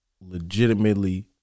legitimately